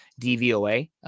DVOA